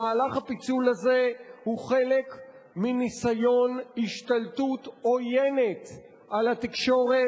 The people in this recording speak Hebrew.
מהלך הפיצול הזה הוא חלק מניסיון השתלטות עוינת על התקשורת,